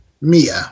Mia